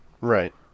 Right